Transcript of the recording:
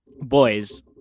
Boys